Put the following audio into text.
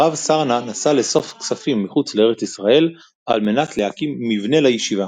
הרב סרנא נסע לאסוף כספים מחוץ לארץ ישראל על מנת להקים מבנה לישיבה.